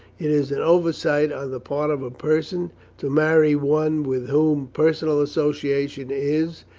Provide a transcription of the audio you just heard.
it is an oversight on the part of a person to marry one with whom personal association is,